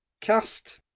cast